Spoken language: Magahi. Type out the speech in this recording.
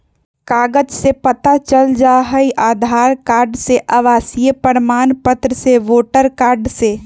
कागज से पता चल जाहई, आधार कार्ड से, आवासीय प्रमाण पत्र से, वोटर कार्ड से?